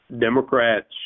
Democrats